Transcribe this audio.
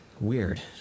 Weird